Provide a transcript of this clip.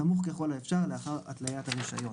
סמוך ככל האפשר לאחר התליית הרישיון.